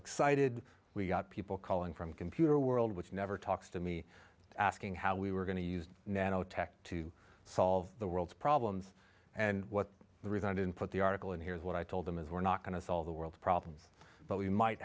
excited we've got people calling from computer world which never talks to me asking how we were going to use nanotech to solve the world's problems and what the reason i didn't put the article in here is what i told them is we're not going to solve the world's problems but we might